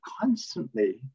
constantly